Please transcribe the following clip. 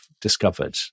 discovered